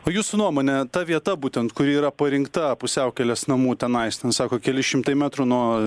o jūsų nuomone ta vieta būtent kuri yra parinkta pusiaukelės namų tenais ten sako keli šimtai metrų nuo